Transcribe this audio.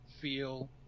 feel